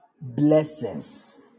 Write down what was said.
blessings